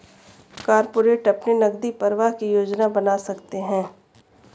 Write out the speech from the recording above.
corporate अपने नकदी प्रवाह की योजना बना सकते हैं